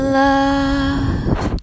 love